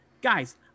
guys